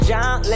John